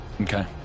okay